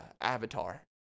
Avatar